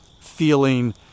feeling